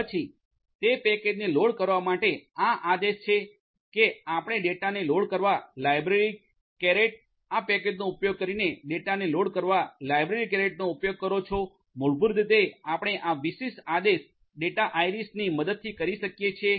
પછી તે પેકેજને લોડ કરવા માટે આ આદેશ છે કે આપણે ડેટાને લોડ કરવા લાઇબ્રેરી કેરેટlibrary આ પેકેજનો ઉપયોગ કરીને ડેટાને લોડ કરવા લાઇબ્રેરી કેરેટ નો ઉપયોગ કરો છો મૂળભૂત રીતે આપણે આ વિશિષ્ટ આદેશ ડેટા આઇરિસdata"iris" ની મદદથી કરી શકીએ છીએ